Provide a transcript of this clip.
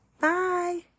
Bye